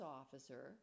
officer